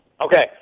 Okay